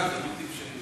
זה בלתי אפשרי.